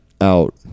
out